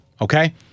Okay